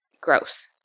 Gross